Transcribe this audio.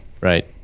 Right